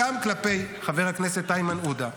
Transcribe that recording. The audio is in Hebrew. גם כלפי חבר הכנסת איימן עודה,